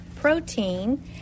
protein